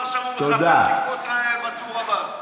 חבר הכנסת אמסלם.